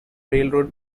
railroad